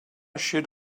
should